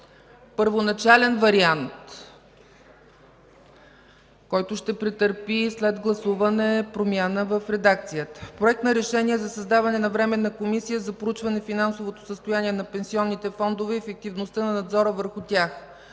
Първоначален вариант, който след гласуване ще претърпи промяна в редакцията: „Проект! РЕШЕНИЕ за създаване на Временна комисия за проучване финансовото състояние на пенсионните фондове и ефективността на надзора върху тях